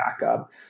backup